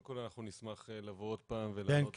אנחנו נשמח לבוא עוד פעם -- כן,